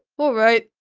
alright,